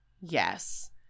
Yes